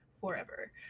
forever